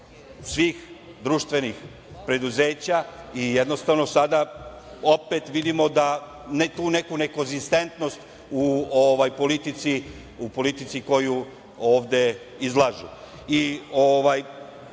svih društvenih preduzeća i jednostavno sada opet vidimo tu neku nekonzistentnost u politici koju ovde izlažu. Kada